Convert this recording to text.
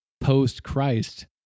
post-Christ